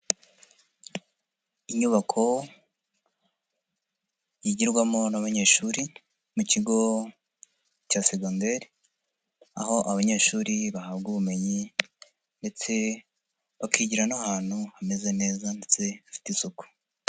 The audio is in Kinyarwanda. Inyubako yigirwamo n'abanyeshuri mu kigo cya segondari, aho abanyeshuri bahabwa ubumenyi ndetse bakigira n'ahantu hameze neza ndetse hafite isuku.